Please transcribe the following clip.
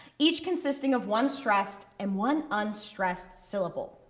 each consisting of one stressed and one unstressed syllable.